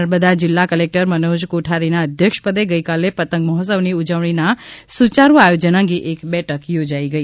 નર્મદા જિલ્લા કલેકટર મનોજ કોઠારીના અધ્યક્ષપદે ગઇકાલે પતંગ મહોત્સવની ઉજવણીના સુચારા આયોજન અંગે બેઠક યોજાઇ ગઈ